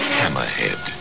hammerhead